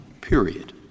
period